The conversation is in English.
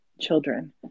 children